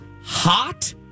Hot